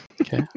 okay